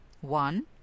One